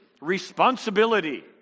responsibility